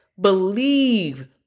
Believe